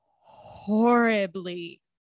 horribly